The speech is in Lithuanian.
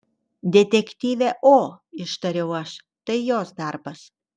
detektyvė o ištariau aš tai jos darbas